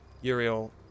Uriel